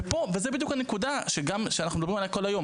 וזאת בדיוק הנקודה שאנחנו מדברים עליה כל היום